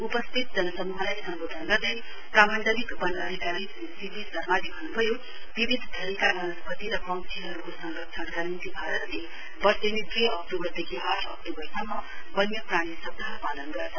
उपस्थित जनसमूहलाई सम्बोधन गर्दै प्रामण्डलिक वन अधिकारी श्री सीपी शर्माले भन्नुभयो विविध थरीका वनस्पति र पंक्षीहरूको संरक्षणका निम्ति भारतले वर्षेनी द्ई अक्तुबरदेखि आठ अक्तूबरसम्म वन्य प्राणी सप्ताह पालन गर्छ